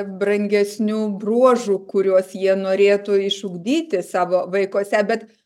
brangesnių bruožų kuriuos jie norėtų išugdyti savo vaikuose bet